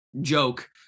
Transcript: joke